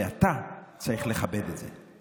ואתה צריך לכבד את זה.